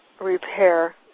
repair